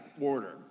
order